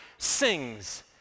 sings